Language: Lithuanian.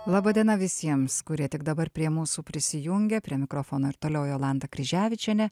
laba diena visiems kurie tik dabar prie mūsų prisijungia prie mikrofono ir toliau jolanta kryževičienė